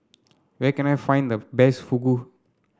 where can I find the best Fugu